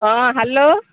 ହଁ ହ୍ୟାଲୋ